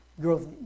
growth